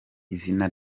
izina